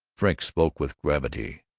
frink spoke with gravity